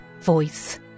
voice